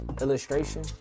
illustration